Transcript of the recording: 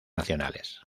nacionales